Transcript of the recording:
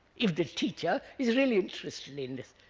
if the teacher is really interested in this.